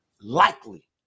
likely